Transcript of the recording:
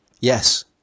Yes